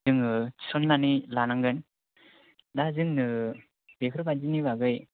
जोङो थिसननानै लानांगोन दा जोंनो बेफोर बादिनि बागै